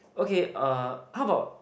okay uh how about